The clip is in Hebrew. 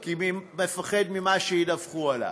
כי הוא מפחד ממה שידווחו עליו,